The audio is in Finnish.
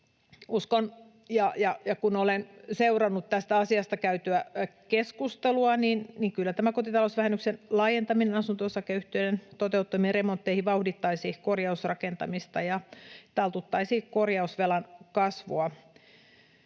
Kun olen seurannut tästä asiasta käytyä keskustelua, niin uskon, että kyllä tämä kotitalousvähennyksen laajentaminen asunto-osakeyhtiöiden toteuttamiin remontteihin vauhdittaisi korjausrakentamista ja taltuttaisi korjausvelan kasvua.